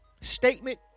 statement